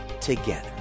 together